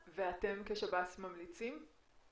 אתם כשב"ס ממליצים?